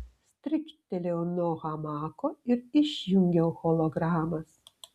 stryktelėjau nuo hamako ir išjungiau hologramas